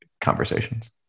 conversations